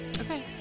Okay